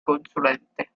consulente